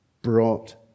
brought